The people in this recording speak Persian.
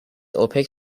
اوپک